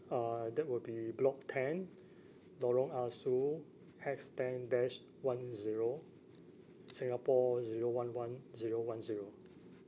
uh that will be block ten lorong ah soo hash ten dash one zero singapore zero one one zero one zero